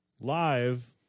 live